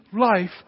life